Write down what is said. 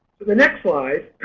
the next slide.